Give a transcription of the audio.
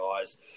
guys